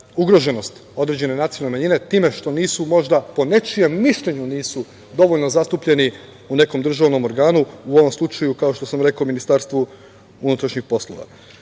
ugroženost određene nacionalne manjine time što nisu možda, po nečijem mišljenju, dovoljno zastupljeni u nekom državnom organu, u ovom slučaju, kao što sam rekao, Ministarstvu unutrašnjih poslova.